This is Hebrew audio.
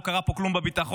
לא קרה פה כלום בביטחון,